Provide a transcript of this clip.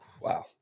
wow